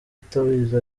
atabizi